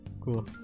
Cool